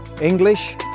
English